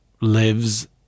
lives